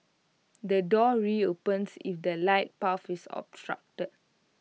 the doors reopens if the light path is obstructed